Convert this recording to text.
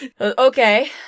Okay